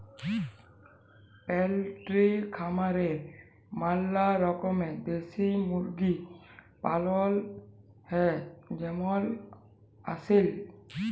poultry খামারে ম্যালা রকমের দেশি মুরগি পালন হ্যয় যেমল আসিল